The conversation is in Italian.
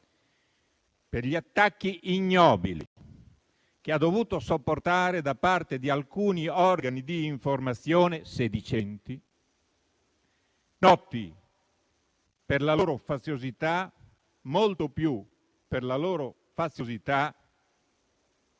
per gli attacchi ignobili che ha dovuto sopportare da parte di alcuni organi di informazione, sedicenti, noti per la loro faziosità e molto più interessati